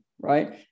right